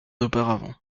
auparavant